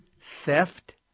theft